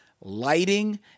lighting